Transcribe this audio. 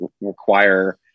require